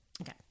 Okay